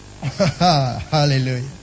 hallelujah